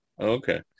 Okay